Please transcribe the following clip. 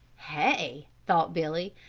hay, thought billy,